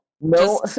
no